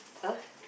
!huh!